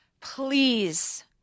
please